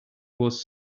was